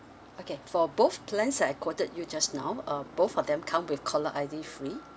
okay for both plans I quoted you just now uh both of them come with caller I_D free